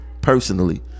personally